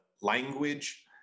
language